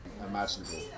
imaginable